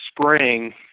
spring